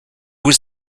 was